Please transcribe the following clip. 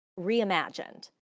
reimagined